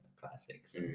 classics